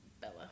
Bella